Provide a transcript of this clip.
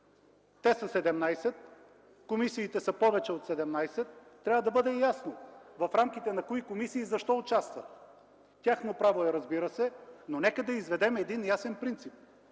те са 17, комисиите са повече от 17 – трябва да бъде ясно в рамките на кои комисии и защо участват. Тяхно право е, разбира се, но нека да изведем един ясен принцип,